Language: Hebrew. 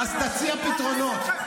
אז תציע פתרונות.